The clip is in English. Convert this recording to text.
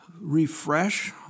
refresh